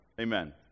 Amen